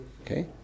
Okay